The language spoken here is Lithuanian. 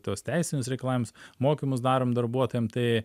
tuos teisinius reikalavimus mokymus darom darbuotojam tai